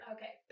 Okay